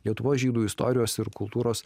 lietuvos žydų istorijos ir kultūros